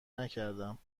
نکردم